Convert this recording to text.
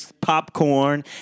popcorn